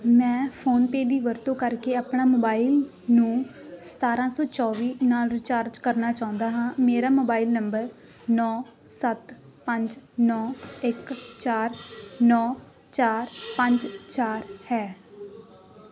ਮੈਂ PhonePe ਦੀ ਵਰਤੋਂ ਕਰਕੇ ਆਪਣੇ ਮੋਬਾਈਲ ਨੂੰ ਸਤਾਰ੍ਹਾਂ ਸੌ ਚੌਵੀ ਨਾਲ ਰੀਚਾਰਜ ਕਰਨਾ ਚਾਹੁੰਦਾ ਹਾਂ ਮੇਰਾ ਮੋਬਾਈਲ ਨੰਬਰ ਨੌਂ ਸੱਤ ਪੰਜ ਨੌਂ ਇੱਕ ਚਾਰ ਨੌਂ ਚਾਰ ਪੰਜ ਚਾਰ ਹੈ